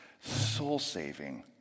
soul-saving